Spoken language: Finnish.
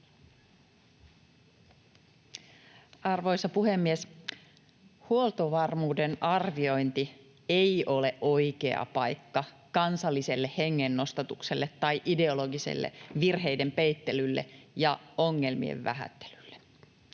Arvoisa puhemies! Huoltovarmuuden arviointi ei ole oikea paikka kansalliselle hengennostatukselle tai ideologiselle virheiden peittelylle ja ongelmien vähättelylle.